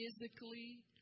physically